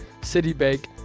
Citibank